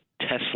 Tesla